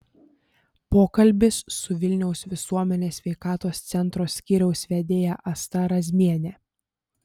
pokalbis su vilniaus visuomenės sveikatos centro skyriaus vedėja asta razmiene